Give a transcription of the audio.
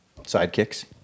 sidekicks